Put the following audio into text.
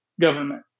government